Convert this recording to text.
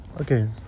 okay